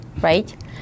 right